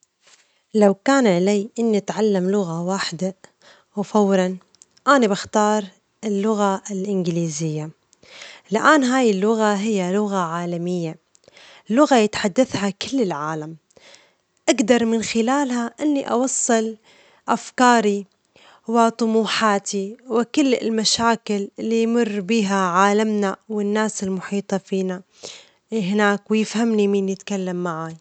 لو كان عليّ أني أتعلم لغة واحدة وفوراً، أنا بختار اللغة الإنجليزية، لأن هاي اللغة هي لغة عالمية، لغة يتحدثها كل العالم، أجدر من خلالها أني أوصل أفكاري وطموحاتي وكل المشاكل اللي يمر بها عالمنا والناس المحيطة فينا، وهناك ويفهمني مين يتكلم معاي.